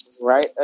right